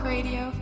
Radio